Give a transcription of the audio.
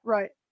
Right